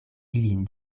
ilin